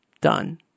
done